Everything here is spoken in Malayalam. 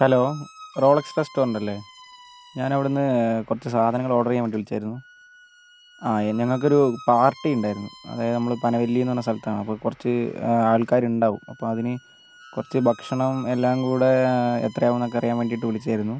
ഹലോ റോളക്സ് റെസ്റ്റോറൻറ്റ് അല്ലേ ഞാനവിടുന്ന് കുറച്ച് സാധനങ്ങൾ ഓഡർ ചെയ്യാൻ വേണ്ടി വിളിച്ചതായിരുന്നു ആ ഞങ്ങൾക്കൊരു പാർട്ടി ഉണ്ടായിരുന്നു അതായത് നമ്മൾ പനവല്ലീന്നു പറഞ്ഞ സ്ഥലത്താണ് അപ്പോൾ കുറച്ച് ആൾക്കാരിണ്ടാകും അപ്പോൾ അതിന് കുറച്ച് ഭക്ഷണം എല്ലാംകൂടെ എത്രയാവും എന്നൊക്കെ അറിയാൻ വേണ്ടീട്ട് വിളിച്ചതായിരുന്നു